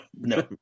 No